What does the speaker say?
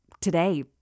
today